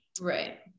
Right